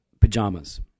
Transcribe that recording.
Pajamas